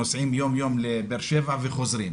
שנוסעים יום-יום לבאר שבע וחוזרים,